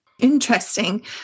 Interesting